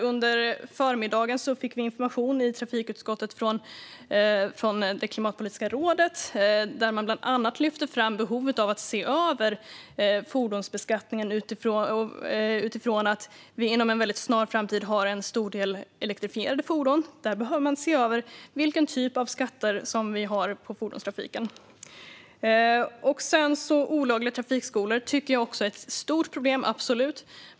Under förmiddagen fick vi i trafikutskottet information från Klimatpolitiska rådet, där man bland annat lyfte fram behovet av att se över fordonsbeskattningen utifrån att vi inom en snar framtid kommer att ha en stor andel elektrifierade fordon. Då behöver vi se över vilken typ av skatter som vi har på fordonstrafiken. Olagliga trafikskolor tycker jag också är ett stort problem, absolut.